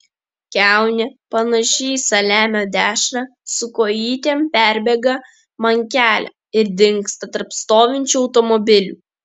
kiaunė panaši į saliamio dešrą su kojytėm perbėga man kelią ir dingsta tarp stovinčių automobilių